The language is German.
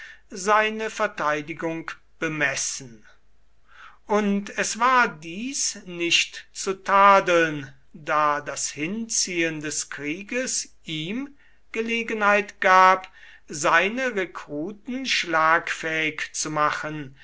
seine verteidigung bemessen und es war dies nicht zu tadeln da das hinziehen des krieges ihm gelegenheit gab seine rekruten schlagfähig zu machen